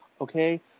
Okay